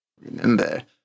Remember